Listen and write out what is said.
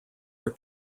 are